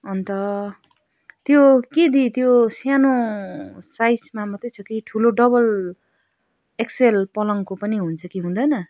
अन्त त्यो के दी त्यो सानो साइजमा मात्रै छ कि ठुलो डबल एक्सल पलङको पनि हुन्छ कि हुँदैन